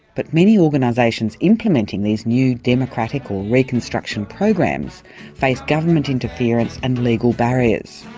but many organisations implementing these new democratic or reconstruction programs face government interference and legal barriers.